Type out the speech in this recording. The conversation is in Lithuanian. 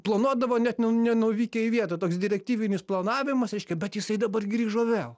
planuodavo net nenuvykę į vietą toks direktyvinis planavimas reiškia bet jisai dabar grįžo vėl